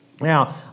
Now